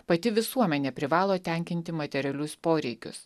pati visuomenė privalo tenkinti materialius poreikius